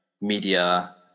media